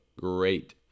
great